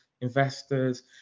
investors